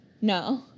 No